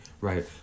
right